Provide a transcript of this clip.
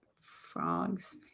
Frogs